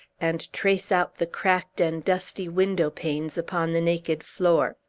and trace out the cracked and dusty window-panes upon the naked floor.